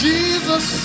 Jesus